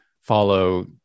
follow